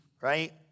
right